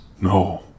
No